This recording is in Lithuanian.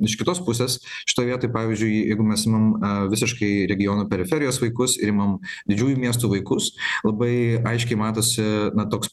iš kitos pusės šitoj vietoj pavyzdžiui jeigu mes imam visiškai regionų periferijos vaikus ir imam didžiųjų miestų vaikus labai aiškiai matosi na toks